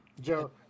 Joe